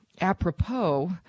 apropos